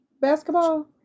basketball